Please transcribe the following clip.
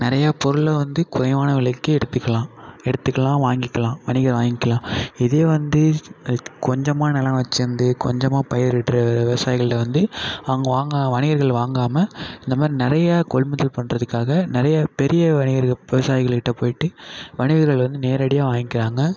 நிறைய பொருளை வந்து குறைவான விலைக்கு எடுத்துக்கலாம் எடுத்துக்கலாம் வாங்கிக்கலாம் வணிகர் வாங்கிக்கலாம் இதே வந்து கொஞ்சமாக நிலம் வச்சிருந்து கொஞ்சமாக பயிரிடுற விவசாயிகள்ட வந்து அவங்க வாங்க வணிகர்கள் வாங்காமல் இந்த மாதிரி நிறைய கொள்முதல் பண்ணுறதுக்காக நிறைய பெரிய வணிகர்கள் விவசாயிகள்கிட்ட போய்ட்டு வணிகர்கள் வந்து நேரடியாக வாங்கிக்கிறாங்க